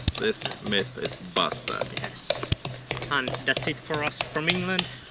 this myth is busted. yes and that's it for us from england.